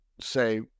say